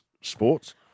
sports